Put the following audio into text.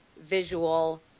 visual